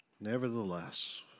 Nevertheless